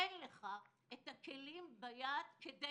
אין בידך את הכלים כדי